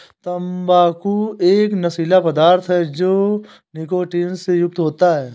तंबाकू एक नशीला पदार्थ है जो निकोटीन से युक्त होता है